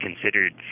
considered